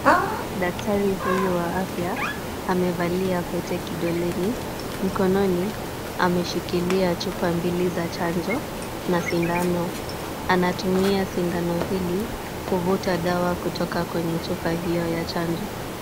Daktari huyu wa afya, amevalia pete kidoleni. Mkononi ameshikilia chupa mbili za chanjo na sindano. Anatumia sindano hii kuvuta dawa kutoka kwenye chupa hiyo ya chanjo.